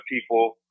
people